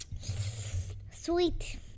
Sweet